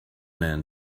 man